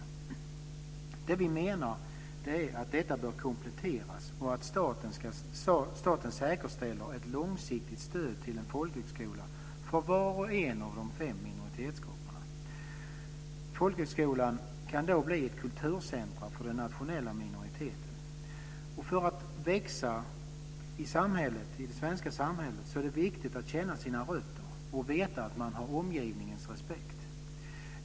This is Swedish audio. Vad vi menar är att detta bör kompletteras, så att staten säkerställer ett långsiktigt stöd till en folkhögskola för var och en av de fem minoritetsgrupperna. Folkhögskolan kan då bli ett kulturcentrum för nationella minoriteter. För att växa i det svenska samhället är det viktigt att känna sina rötter och veta att man har omgivningens respekt.